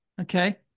Okay